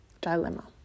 Dilemma